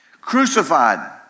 crucified